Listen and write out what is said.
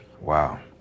Wow